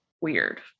weird